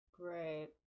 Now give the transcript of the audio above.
Great